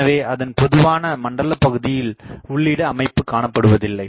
எனவே அதன் பொதுவான மண்டல பகுதியில் உள்ளீடு அமைப்பு காணப்படுவதில்லை